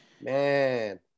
Man